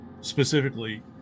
specifically